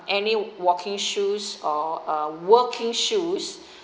any walking shoes or uh working shoes